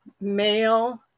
male